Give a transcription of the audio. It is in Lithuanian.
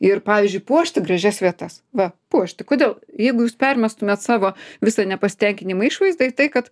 ir pavyzdžiui puošti gražias vietas va puošti kodėl jeigu jūs permestumėt savo visą nepasitenkinimą išvaizdai tai kad